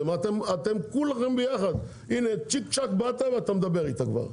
כולכם ביחד, צ'יק-צ'ק באת ואתה כבר מדבר איתה.